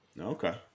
Okay